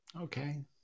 Okay